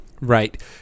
Right